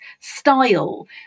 style